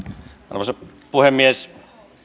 arvoisa puhemies